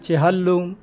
Chehlum